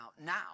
now